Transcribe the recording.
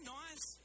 nice